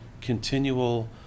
continual